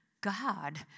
God